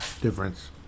difference